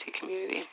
community